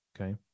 Okay